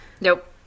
Nope